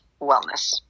wellness